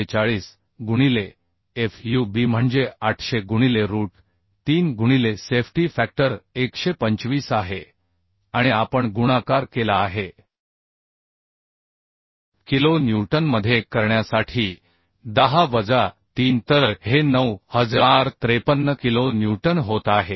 हे 245 गुणिले fub म्हणजे 800 गुणिले रूट 3 गुणिले सेफ्टी फॅक्टर 125 आहे आणि आपण गुणाकार केला आहे किलो न्यूटनमध्ये करण्यासाठी 10 वजा 3 तर हे 9053 किलो न्यूटन होत आहे